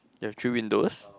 you have three windows